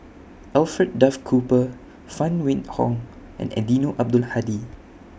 Alfred Duff Cooper Phan Wait Hong and Eddino Abdul Hadi